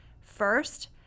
First